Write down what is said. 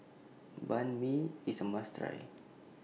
Banh MI IS A must Try